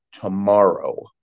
tomorrow